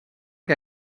que